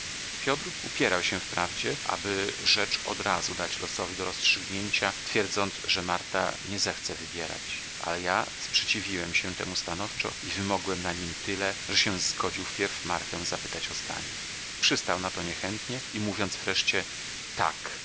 piotr upierał się wprawdzie aby rzecz od razu dać losowi do rozstrzygnięcia twierdząc że marta nie zechce wybierać ale ja sprzeciwiłem się temu stanowczo i wymogłem na nim tyle że się zgodził wpierw martę zapytać o zdanie przystał na to niechętnie i mówiąc wreszcie tak